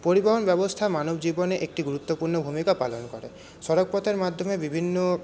পরিবহন ব্যবস্থা মানব জীবনে একটি গুরুত্বপূর্ণ ভূমিকা পালন করে সড়ক পথের মাধ্যমে বিভিন্ন